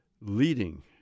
leading